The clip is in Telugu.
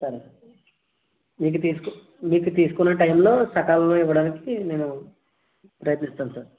సరే సార్ మీకు తీసుకు మీకు తీసుకున్న టైములో సకాలంలో ఇవ్వడానికి నేను ప్రయత్నిస్తాను సార్